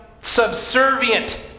subservient